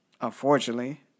unfortunately